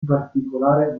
particolare